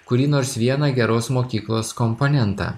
kurį nors vieną geros mokyklos komponentą